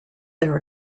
their